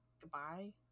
goodbye